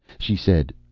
she said.